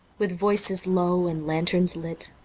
with voices low and lanterns lit,